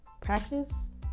Practice